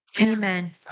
amen